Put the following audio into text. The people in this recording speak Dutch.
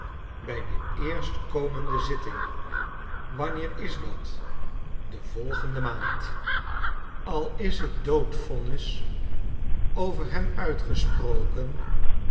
bij de eerstkomende zitting wanneer is dat de volgende maande al is t dqodvonnis over hem uitgesproken